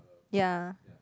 ya